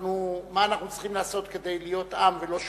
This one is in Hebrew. מה אנחנו צריכים לעשות כדי להיות עם ולא שבטים,